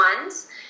ones